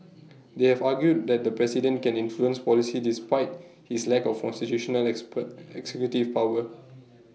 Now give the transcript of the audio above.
they have argued that the president can influence policy despite his lack of constitutional expert executive power